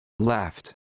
left